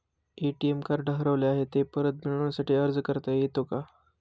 ATM card हरवले आहे, ते परत मिळण्यासाठी अर्ज करता येतो का?